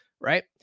right